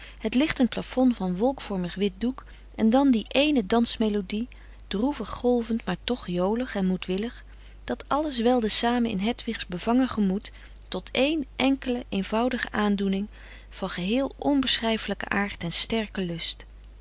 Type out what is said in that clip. het lichtend plafond van wolkvormig wit doek en dan die ééne dansmelodie frederik van eeden van de koele meren des doods droevig golvend maar toch jolig en moedwillig dat alles welde samen in hedwigs bevangen gemoed tot één enkele eenvoudige aandoening van geheel onbeschrijfelijken aard en sterke lust